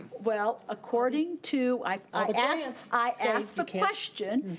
well, according to, i asked i asked the question,